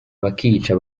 bakica